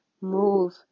move